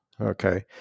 okay